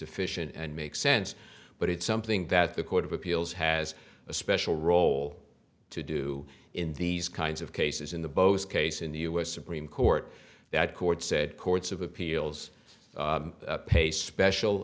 efficient and makes sense but it's something that the court of appeals has a special role to do in these kinds of cases in the bows case in the u s supreme court that court said courts of appeals pay special